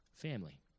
family